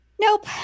Nope